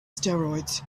steroids